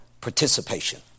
Participation